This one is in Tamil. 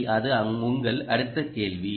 சரி அது உங்கள் அடுத்த கேள்வி